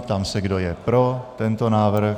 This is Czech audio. Ptám se, kdo je pro tento návrh.